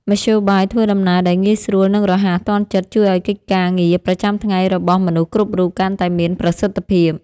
មធ្យោបាយធ្វើដំណើរដែលងាយស្រួលនិងរហ័សទាន់ចិត្តជួយឱ្យកិច្ចការងារប្រចាំថ្ងៃរបស់មនុស្សគ្រប់រូបកាន់តែមានប្រសិទ្ធភាព។